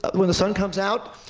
when the sun comes out,